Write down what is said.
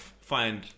find